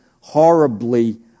horribly